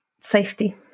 safety